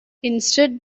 instead